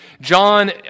John